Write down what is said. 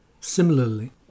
similarly